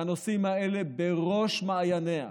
והנושאים האלה בראש מעייניה,